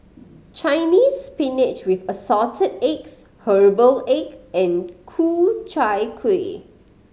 Chinese Spinach with Assorted Eggs herbal egg and Ku Chai Kuih